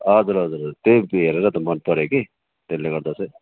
हजुर हजुर हजुर त्यही हेरेर त मन पऱ्यो कि त्यसले गर्दा चाहिँ